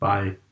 Bye